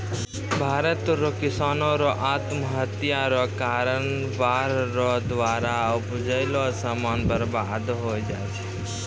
भारत रो किसानो रो आत्महत्या रो कारण बाढ़ रो द्वारा उपजैलो समान बर्बाद होय जाय छै